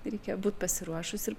reikia būt pasiruošus ir